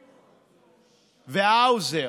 והאוזר,